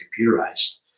computerized